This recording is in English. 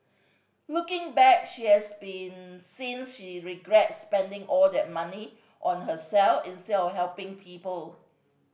looking back she has been since she regrets spending all that money on herself instead of helping people